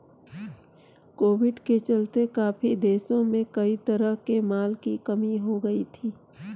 Covid के चलते काफी देशों में कई तरह के माल की कमी हो गई थी